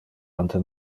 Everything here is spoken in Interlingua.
ante